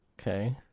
Okay